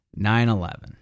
9-11